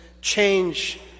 change